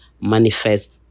manifest